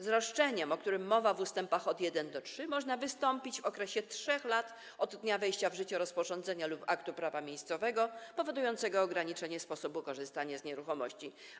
Z roszczeniem, o którym mowa w ust. 1–3, można wystąpić w okresie 3 lat od dnia wejścia w życie rozporządzenia lub aktu prawa miejscowego powodującego ograniczenie sposobu korzystania z nieruchomości.